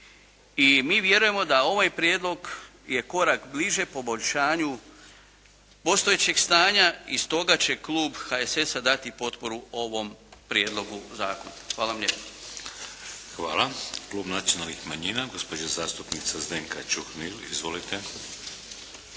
i mi vjerujemo da ovaj prijedlog je korak bliže poboljšanju postojećeg stanja. I stoga će klub HSS-a dati potporu ovom Prijedlogu zakona. Hvala vam lijepa. **Šeks, Vladimir (HDZ)** Hvala. Klub nacionalnih manjina, gospođa zastupnica Zdenka Čuhnil. Izvolite.